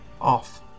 off